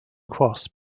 cross